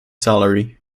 salary